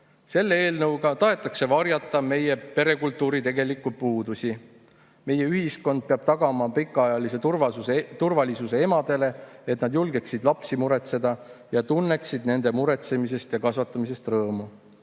"Selle eelnõuga tahetakse varjata meie perekultuuri tegelikke puudusi. Meie ühiskond peab tagama pikaajalise turvalisuse emadele, et nad julgeksid lapsi muretseda ja tunneksid nende muretsemisest ja kasvatamisest rõõmu.